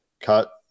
cut